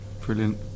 Brilliant